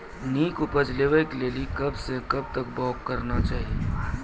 नीक उपज लेवाक लेल कबसअ कब तक बौग करबाक चाही?